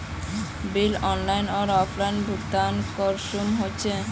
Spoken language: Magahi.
बिल ऑनलाइन आर ऑफलाइन भुगतान कुंसम होचे?